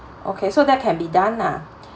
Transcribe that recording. okay so that can be done ah